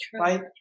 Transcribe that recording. right